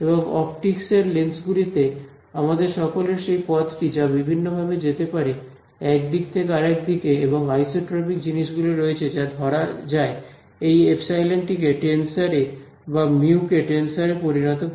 এবং অপটিক্সের লেন্স গুলিতে আমাদের সকলের সেই পথটি যা বিভিন্নভাবে যেতে পারে এক দিক থেকে আরেক দিকে এবং আইসোট্রপিক জিনিসগুলি রয়েছে যা ধরা যায় এই এপসিলন টিকে টেনসর এ বা মিউ কে টেনসর এ পরিণত করে